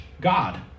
God